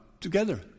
together